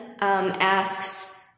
asks